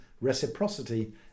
reciprocity